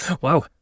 wow